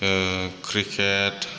cricket